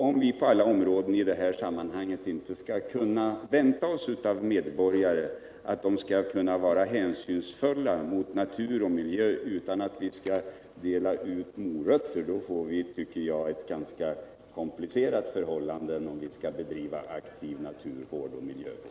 Om vi på alla områden i detta sammanhang inte skall kunna vänta oss av medborgarna att de är hänsynsfulla mot natur och miljö utan att vi delar ut morötter får vi, tycker jag, ett ganska komplicerat förhållande när vi skall bedriva aktiv naturvård och miljövård.